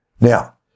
Now